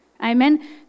Amen